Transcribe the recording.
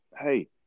hey